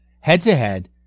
Head-to-head